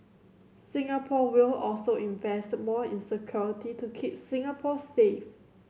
Singapore will also invest more in security to keep Singapore safe